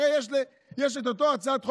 הרי יש את אותה הצעת חוק,